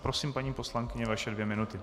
Prosím, paní poslankyně, vaše dvě minuty.